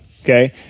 Okay